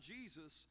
Jesus